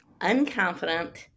unconfident